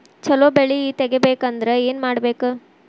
ಛಲೋ ಬೆಳಿ ತೆಗೇಬೇಕ ಅಂದ್ರ ಏನು ಮಾಡ್ಬೇಕ್?